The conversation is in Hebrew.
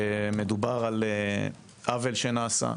מדובר על עוול שנעשה,